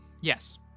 yes